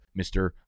Mr